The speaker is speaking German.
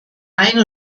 ein